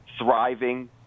thriving